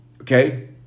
Okay